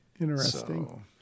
interesting